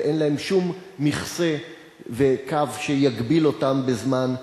ואין להם שום מכסה וקו שיגביל אותם בזמן,